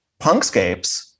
punkscapes